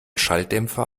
schalldämpfer